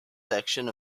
section